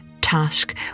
task